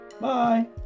Bye